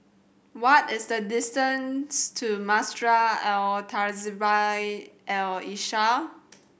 what is the distance to Madrasah Al Tahzibiah Al Islamiah